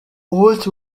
umunsi